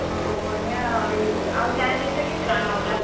ହଉ ବଢ଼ିଆ ଆଉ ଆଉ ଚାହା ରେଟଟା କେତେ ଟଙ୍କା ନେଉଛ